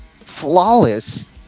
flawless